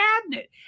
cabinet